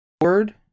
Word